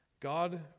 God